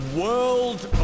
world